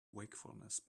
wakefulness